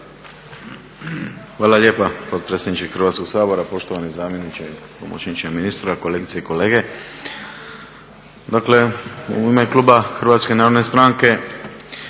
Hvala lijepa potpredsjedniče Hrvatskog sabora, poštovani zamjeniče i pomoćniče ministra, kolegice i kolege. Dakle, u ime kluba Hrvatske narodne stranke